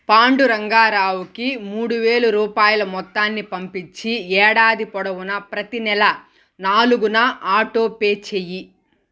పాండురంగా రావుకి మూడు వేలు రూపాయల మొత్తాన్ని పంపించి ఏడాది పొడవునా ప్రతీ నెల నాలుగున ఆటోపే చెయ్యి